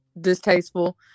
distasteful